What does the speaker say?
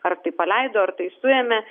ar tai paleido ar tai suėmė